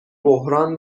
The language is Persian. بحران